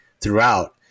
throughout